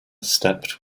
stepped